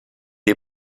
est